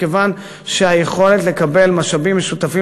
מכיוון שהיכולת לקבל משאבים משותפים,